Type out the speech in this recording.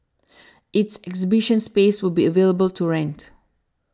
its exhibition space will be available to rent